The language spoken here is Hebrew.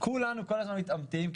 כולנו כל הזמן מתעמתים,